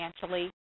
financially